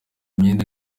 imyenda